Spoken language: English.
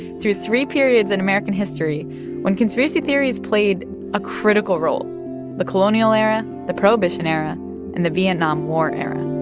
through three periods in american history when conspiracy theories played a critical role the colonial era, the prohibition era and the vietnam war era